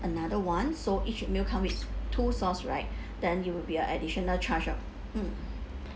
another one so each meal come with two sauce right then it will be a additional charge of mm